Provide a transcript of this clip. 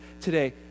today